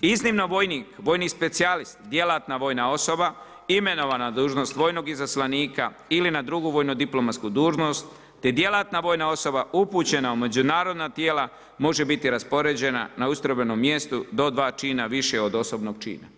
Iznimno vojnik, vojni specijalist, djelatna vojna osoba, imenovana dužnost vojnog izaslanika, ili na drugu vojno diplomatsku dužnost, te djelatna vojna osoba upućena u međunarodna tijela može biti raspoređena na ustrojbenom mjestu do dva čina više od osobnog čina.